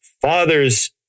father's